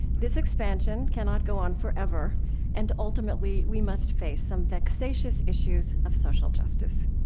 this expansion cannot go on forever and ultimately we must face some vexatious issues of social justice.